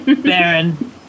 Baron